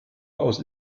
aus